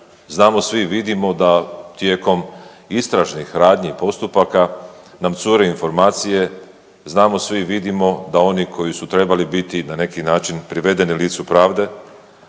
znamo svi i vidimo da tijekom istražnih radnji i postupaka nam cure informacije, znamo svi i vidimo da oni koji su trebali biti na neki način privedeni licu pravde